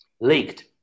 leaked